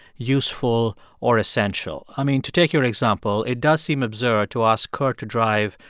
useful or essential? i mean, to take your example, it does seem absurd to ask kurt to drive,